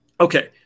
Okay